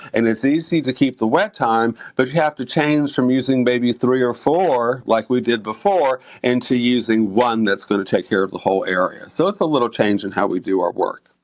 and it's easy to keep the wet time but you have to change from using maybe three or four like we did before and into using one that's gonna take care of the whole area. so it's a little change in how we do our work.